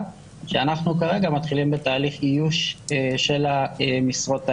שאנחנו כרגע מתחילים בתהליך איוש של המשרות האלה.